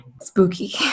Spooky